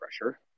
pressure